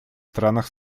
странах